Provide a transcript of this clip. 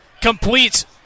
Complete